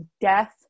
death